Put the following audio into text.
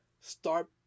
start